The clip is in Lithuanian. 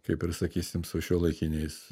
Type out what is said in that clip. kaip ir sakysim su šiuolaikiniais